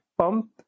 pump